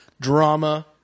drama